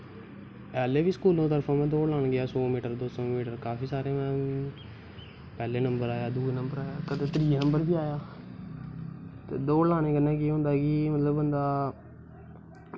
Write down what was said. पैह्लें बी में स्कूलें दी तरफ दा दौड़ लान गेआ सौ मीटर दी दो सौ मीटर काफी सारे पैह्ले नंबर आया दुए नंबर आया कदैं त्रिये नंबर बी आया ते दौड़ लाने कन्नै केह् होंदा कि बंदा